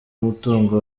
umutungo